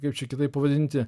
kaip čia kitaip pavadinti